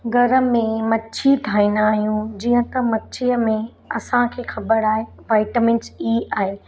घर में मच्छी ठाहींदा आहियूं जीअं त मच्छीअ में असांखे ख़बर आहे वाइटमिंस ई आहे